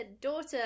daughter